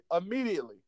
immediately